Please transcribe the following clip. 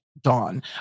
Dawn